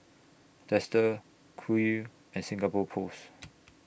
Dester Qoo and Singapore Post